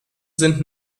sind